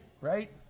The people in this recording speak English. Right